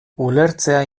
ulertzea